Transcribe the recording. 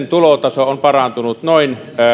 tulotaso on parantunut noin